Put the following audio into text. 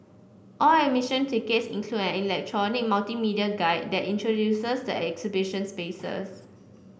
all admission tickets include an electronic multimedia guide that introduces the exhibition spaces